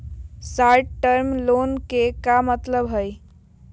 Short term loan के का मतलब हई?